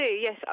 yes